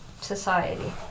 society